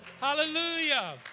Hallelujah